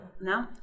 no